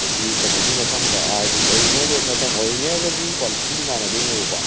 ꯍꯥꯏꯗꯤ ꯀꯩꯅꯣꯗꯨꯏ ꯃꯊꯪꯗ ꯍꯥꯏꯗꯤ ꯑꯣꯔꯤꯖꯤꯅꯦꯜꯒꯤ ꯍꯦꯛ ꯃꯊꯪ ꯑꯣꯔꯤꯖꯤꯅꯦꯜꯒꯗꯤ ꯀ꯭ꯋꯥꯂꯤꯇꯤꯗꯤ ꯃꯥꯟꯅꯗꯣꯏꯅꯦꯕꯀꯣ